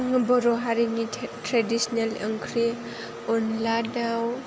आङो बर' हारिनि ट्रेडिशनेल ओंख्रि अनद्ला दाउ